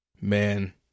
Man